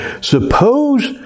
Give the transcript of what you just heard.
Suppose